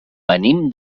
venim